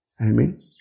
Amen